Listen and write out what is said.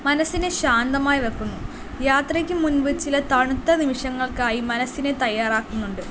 മനസ്സിനെ ശാന്തമായി വെക്കുന്നു യാത്രയ്ക്ക് മുൻപ് ചില തണുത്ത നിമിഷങ്ങൾക്കായി മനസ്സിനെ തയ്യാറാക്കുന്നുണ്ട്